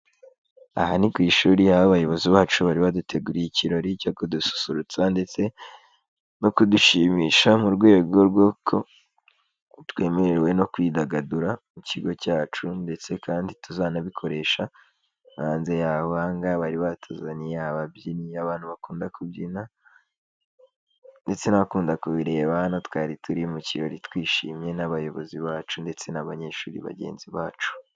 Aha ni ku ishuri aho bayobozi bacu bari baduteguriye ikirori cyo kudususurutsa ndetse no kudushimisha mu rwego rw'uko twemerewe no kwidagadura mu kigo cyacu ndetse kandi tuzanabikoresha hanze yaho. Aha ngaha bari batuzaniye ababyinnyi abantu bakunda kubyina ndetse n'abakunda kubireba, hano twari turi mu kirori twishimye n'abayobozi bacu ndetse n'abanyeshuri bagenzi bacu.